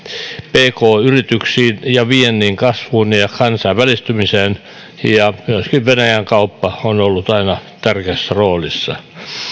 pk yrityksiin viennin kasvuun ja ja kansainvälistymiseen myöskin venäjän kauppa on ollut aina tärkeässä roolissa